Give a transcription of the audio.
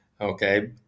okay